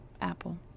Apple